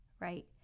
right